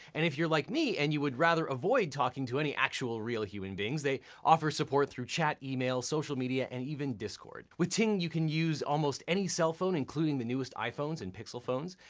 and if you're like me and you would rather avoid talking to any actual real human beings, they offer support through chat, email, social media, and even discord. with ting you can use almost any cell phone, including the newest iphones and pixel phones.